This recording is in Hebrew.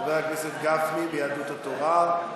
חבר הכנסת גפני מיהדות התורה.